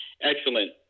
Excellent